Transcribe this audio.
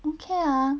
okay ah